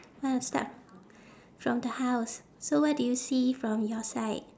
want to start from the house so what do you see from your side